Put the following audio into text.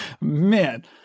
man